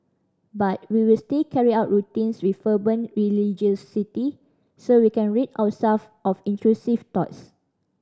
but we will still carry out routines with fervent religiosity so we can rid ourself of intrusive thoughts